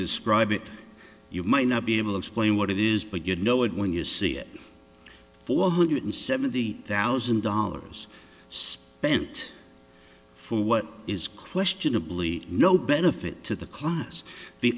describe it you might not be able to explain what it is but you know it when you see it for a minute and seventy thousand dollars spent for what is questionably no benefit to the class